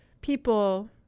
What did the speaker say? people